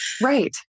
Right